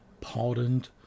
pardoned